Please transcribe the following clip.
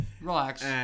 Relax